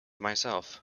myself